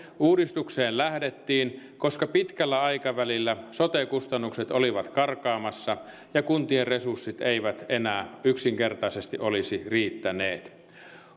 uudistukseen lähdettiin koska pitkällä aikavälillä sote kustannukset olivat karkaamassa ja kuntien resurssit eivät enää yksinkertaisesti olisi riittäneet